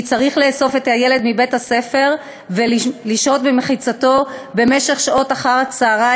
כי צריך לאסוף את הילד מבית-הספר ולשהות במחיצתו במשך שעות אחר-הצהריים,